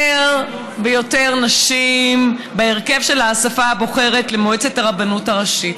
יותר ויותר נשים בהרכב של האספה הבוחרת למועצת הרבנות הראשית.